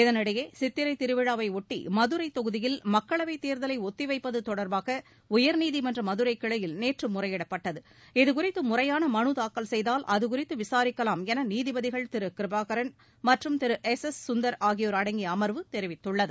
இதனிடையே சித்திரை திருவிழாவை ஒட்டி மதுரை தொகுதியில் மக்களவைத் தேர்தலை ஒத்தி வைப்பது தொடர்பாக உயர்நீதிமன்ற மதுரைக் கிளையில் நேற்று முறையிடப்பட்டது இதுகுறித்து முறையான மனு தாக்கல் செய்தால் அதுகுறித்து விசாரிக்கலாம் என நீதிபதிகள் திரு கிருபாகரன் மற்றும் திரு எஸ் எஸ் சுந்தர் ஆகியோர் அடங்கிய அமர்வு தெரிவித்துள்ளது